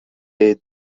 day